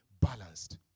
balanced